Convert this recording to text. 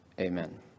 amen